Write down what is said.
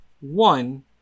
One